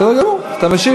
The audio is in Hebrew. בסדר גמור, אז אתה משיב.